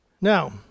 Now